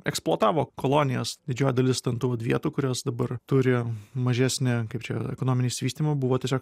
eksploatavo kolonijas didžioji dalis ten tų vat vietų kurios dabar turi mažesnį kaip čia ekonominį išsivystymą buvo tiesiog